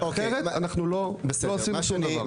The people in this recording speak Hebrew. אחרת אנחנו לא עשינו שום דבר.